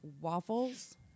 waffles